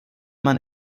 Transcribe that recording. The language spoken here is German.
man